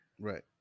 Right